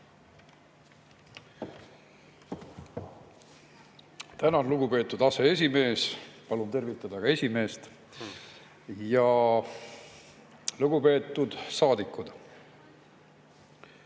Tänan, lugupeetud aseesimees! Palun tervitada ka esimeest. Lugupeetud saadikud!